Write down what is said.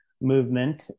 movement